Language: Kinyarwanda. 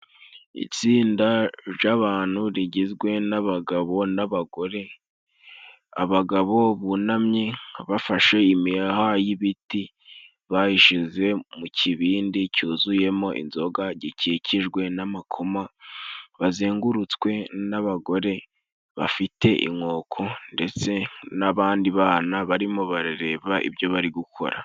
Itsinda ry'abantu rigizwe n'abagabo n'abagore, abagabo bunamye bafashe imiheha y'ibiti, bayishize mu kibindi cyuzuyemo inzoga gikikijwe n'amakoma, bazengurutswe n'abagore bafite inkoko ndetse n'abandi bana barimo barareba ibyo bari gukora.